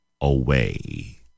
away